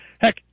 heck